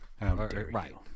Right